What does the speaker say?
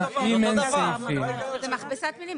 זאת מכבסת מילים.